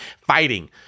fighting